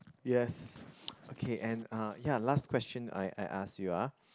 yes okay and uh ya last question I I ask you ah